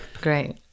Great